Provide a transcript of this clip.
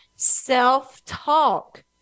self-talk